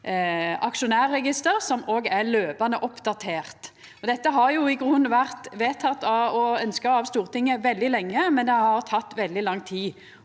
aksjonærregister som òg blir løpande oppdatert. Dette har i grunnen vore vedteke og ønskt av Stortinget veldig lenge, men det har teke veldig lang tid